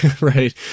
right